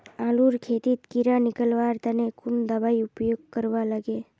आलूर खेतीत कीड़ा निकलवार तने कुन दबाई उपयोग करवा लगे?